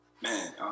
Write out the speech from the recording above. Man